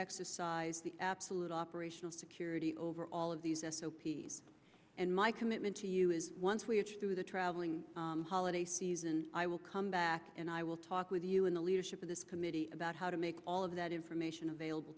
exercise the absolute operational security over all of these and my commitment to you once we are through the traveling holiday season i will come back and i will talk with you in the leadership of this committee about how to make all of that information available